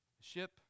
ship